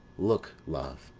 look, love,